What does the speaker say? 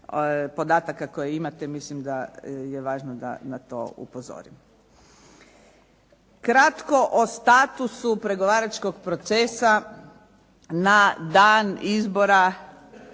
podataka koje imate, mislim da je važno da na to upozorim. Kratko o statusu pregovaračkog procesa na dan izbora,